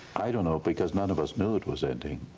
i don't know, because none of us knew it was ending,